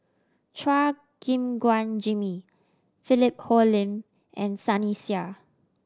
Chua Gim Guan Jimmy Philip Hoalim and Sunny Sia